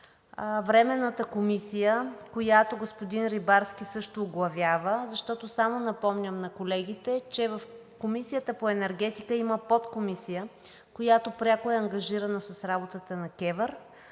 Временната комисия, която господин Рибарски също оглавява, защото – само напомням на колегите, в Комисията по енергетика има подкомисия, която пряко е ангажирана с работата на КЕВР.